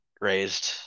raised